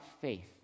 faith